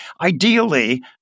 Ideally